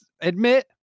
admit